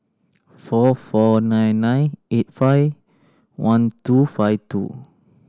four four nine nine eight five one two five two